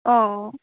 অঁ